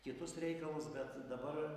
kitus reikalus bet dabar